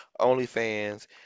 OnlyFans